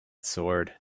sword